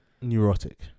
neurotic